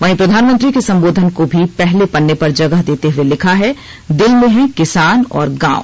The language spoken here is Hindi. वहीं प्रधानमंत्री के संबोधन को भी पहले पन्ने पर जगह देते हुए लिखा है दिल में है किसान और गांव